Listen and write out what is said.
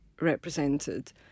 represented